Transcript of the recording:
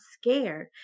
scared